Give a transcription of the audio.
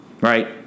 right